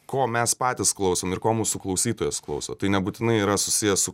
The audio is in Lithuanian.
ko mes patys klausom ir ko mūsų klausytojas klauso tai nebūtinai yra susiję su